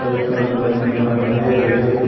பொய் கால் குதிர இந்தமாதிரி நிறைய இருக்குது